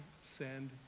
send